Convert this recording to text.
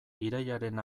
irailaren